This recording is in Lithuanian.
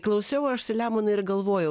klausiau aš selemonai ir galvojau